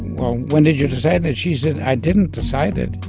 well, when did you decide that she said, i didn't decide it.